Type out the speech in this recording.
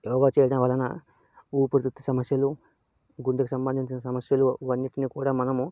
యోగ చేయటం వలన ఊపిరితిత్తు సమస్యలు గుండెకు సంబంధించిన సమస్యలు అన్నిటిని కూడా మనము